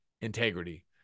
integrity